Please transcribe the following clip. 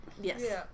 Yes